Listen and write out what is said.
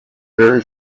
very